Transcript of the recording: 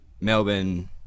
Melbourne